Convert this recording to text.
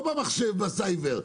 לא במחשב, בסייבר.